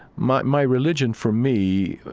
my my religion, for me,